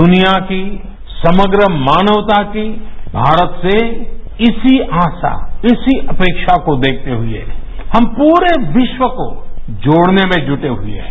दुनिया की समग्र मानवता की भारत से इसी आशा इसी अपेक्षा को देखते हुए हम पूरे विश्व को जोड़ने मेंजुटे हुए हैं